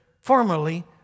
formerly